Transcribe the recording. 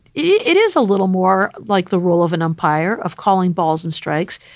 it is a little more like the role of an umpire of calling balls and strikes.